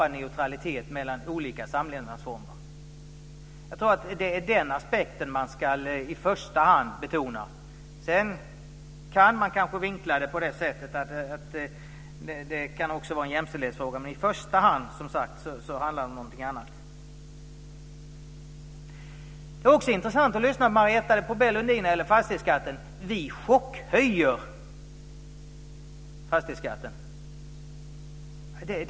Jag tror att det är den aspekten man i första hand ska betona. Sedan kan man kanske vinkla det på det sättet att det också kan vara en jämställdhetsfråga, men det handlar i första hand om någonting annat. Det är också intressant att lyssna på Marietta de Pourbaix-Lundin när det gäller fastighetsskatten. Hon säger att vi chockhöjer fastighetsskatten.